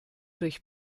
durch